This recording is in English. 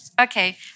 Okay